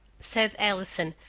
said allison,